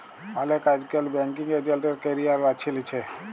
অলেকে আইজকাল banking agent এর ক্যারিয়ার বাছে লিছে